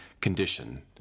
condition